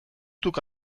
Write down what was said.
duk